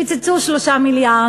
קיצצו 3 מיליארד.